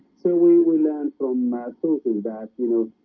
so we will learn from ah susan that you know,